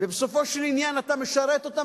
ובסופו של עניין אתה משרת אותם,